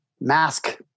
Mask